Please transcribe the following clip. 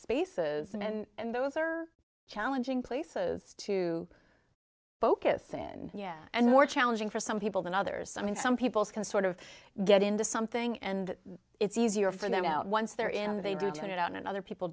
spaces and and those are challenging places to focus in yeah and more challenging for some people than others i mean some people's can sort of get into something and it's easier for them out once they're in they do tune it out and other people